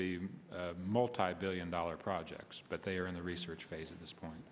be multibillion dollar projects but they are in the research phase of this point